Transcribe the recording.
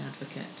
advocate